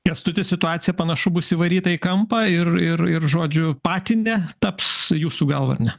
kęstuti situacija panašu bus įvaryta į kampą ir ir ir žodžiu patinę taps jūsų galva ne